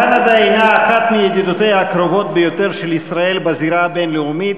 קנדה הנה אחת מידידותיה הקרובות ביותר של ישראל בזירה הבין-לאומית,